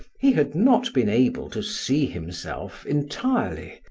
he had not been able to see himself entirely,